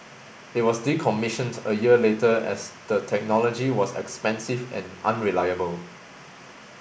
it was decommissioned a year later as the technology was expensive and unreliable